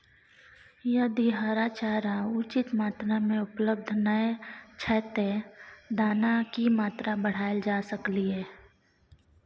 यदि हरा चारा उचित मात्रा में उपलब्ध नय छै ते दाना की मात्रा बढायल जा सकलिए?